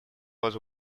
was